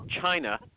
China